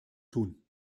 tun